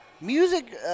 Music –